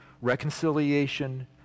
reconciliation